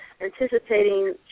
anticipating